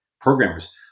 programmers